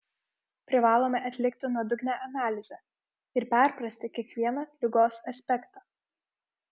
privalome atlikti nuodugnią analizę ir perprasti kiekvieną ligos aspektą